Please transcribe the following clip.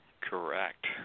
Correct